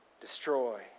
destroy